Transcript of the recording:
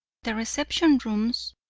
the reception rooms,